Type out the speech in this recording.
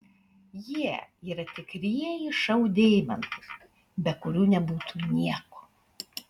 jie yra tikrieji šou deimantai be kurių nebūtų nieko